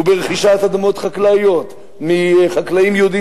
וברכישת אדמות חקלאיות מחקלאים יהודים